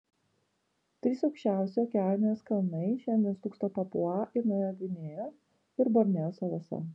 trys aukščiausi okeanijos kalnai šiandien stūkso papua ir naujojoje gvinėjoje ir borneo salose